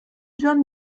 john